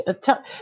tell